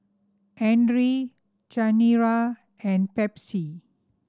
Andre Chanira and Pepsi